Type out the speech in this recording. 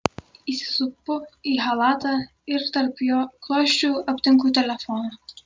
įsisupu į chalatą ir tarp jo klosčių aptinku telefoną